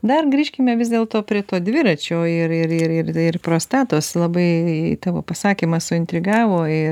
dar grįžkime vis dėlto prie to dviračio ir ir ir ir ir prostatos labai tavo pasakymas suintrigavo ir